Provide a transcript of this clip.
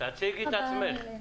תציגי את עצמך.